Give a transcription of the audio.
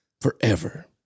Forever